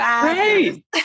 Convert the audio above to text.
Great